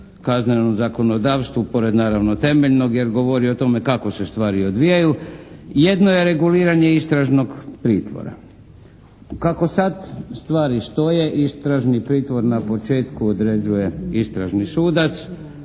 kaznenom zakonodavstvu, pored naravno temeljnog, jer govori o tome kako se stvari odvijaju, jedno je reguliranje istražnog pritvora. Kako sad stvari stoje istražni pritvor na početku određuje istražni sudac,